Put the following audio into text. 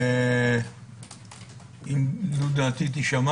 אם דעתי תישמע